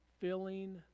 filling